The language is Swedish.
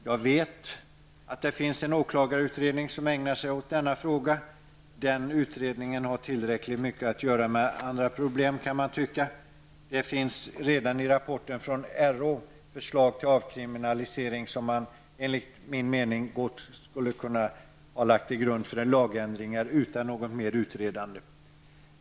Jag vet att det finns en åklagarutredning som ägnar sig åt denna fråga. Man kan tycka att den utredningen har tillräckligt mycket att göra. Redan i rapporten från RÅ finns ett förslag till avkriminalisering, som man enligt min mening hade kunnat lägga till grund för en lagändring utan ytterligare något utredande.